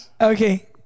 Okay